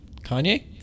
Kanye